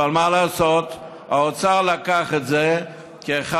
אבל מה לעשות, האוצר לקח את זה כאחד